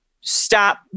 stop